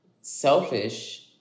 selfish